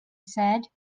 said